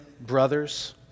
brothers